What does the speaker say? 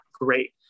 great